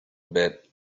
bit